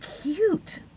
cute